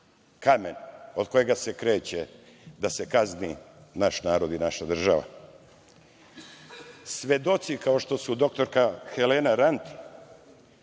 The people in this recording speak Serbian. kamen od kojeg se kreće da se kazni naš narod i naša država. Svedoci, kao što su doktorka Helena Ranta,